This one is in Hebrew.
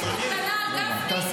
רגע, אתה אומר לי להגיש קובלנה על גפני?